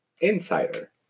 insider